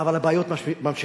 אבל הבעיות ממשיכות.